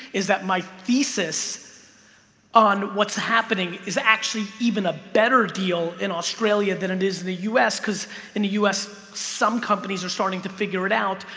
is that my thesis on what's happening is actually even a better deal in australia than it is in the u s because in the us some companies are starting to figure it out,